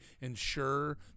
ensure